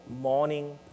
morning